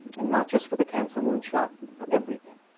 and not just for the cancer moon shot, for everything.